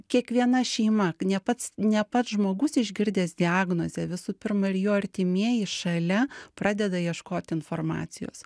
kiekviena šeima ne pats ne pats žmogus išgirdęs diagnozę visų pirma ir jo artimieji šalia pradeda ieškot informacijos